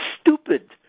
stupid